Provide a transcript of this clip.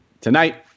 tonight